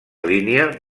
línia